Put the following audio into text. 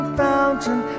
fountain